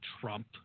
Trump